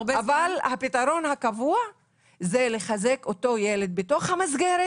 אבל הפתרון הקבוע זה לחזק את אותו ילד בתוך המסגרת